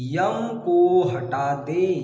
M को हटा दें